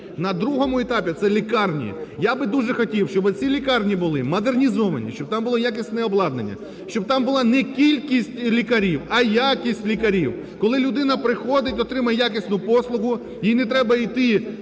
На другому етапі це лікарні. Я би дуже хотів, щоби ці лікарні були модернізовані, щоб там було якісне обладнання, щоб там була не кількість лікарів, а якість лікарів. Коли людина приходить, отримує якісну послугу, їй не треба іти